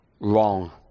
wrong